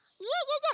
yeah yeah, yeah,